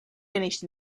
finished